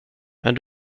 men